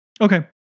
Okay